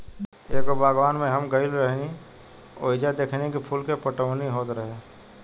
एगो बागवान में हम गइल रही ओइजा देखनी की फूल के पटवनी होत रहे